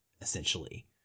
essentially